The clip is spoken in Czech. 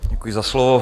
Děkuji za slovo.